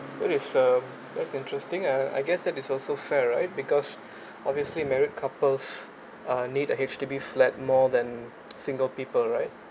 that is a that's interesting I I guess that is also fair right because obviously married couples uh need a H_D_B flat more than single people right